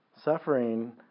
Suffering